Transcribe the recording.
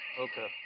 Okay